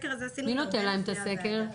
מי נותן להם את הסקר?